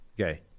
Okay